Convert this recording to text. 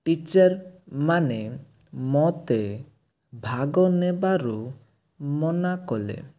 teacher ମାନେ ମୋତେ ଭାଗ ନେବାରୁ ମନା କଲେ